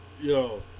yo